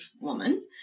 woman